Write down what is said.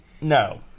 No